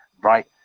right